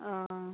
অঁ